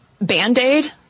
Band-Aid